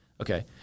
Okay